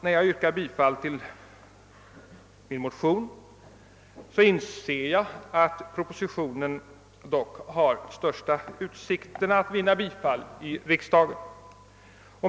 När jag yrkar bifall till motionsparet I:176 och II:237 inser jag att propositionen dock har de största utsikterna att vinna riksdagens bifall.